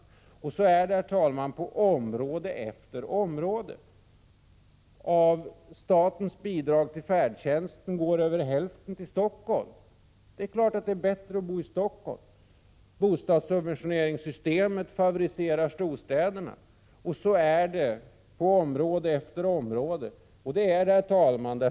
Så är det, herr talman, på område efter område. Avstatens bidrag till färdtjänst går över hälften till Stockholm. Det är klart att det är bra att bo i Stockholm. Bostadssubventioneringssystemet favoriserar storstäderna, och så är det på område efter område.